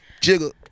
Jiggle